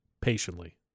patiently